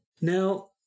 Now